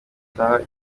gitaha